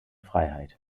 freiheit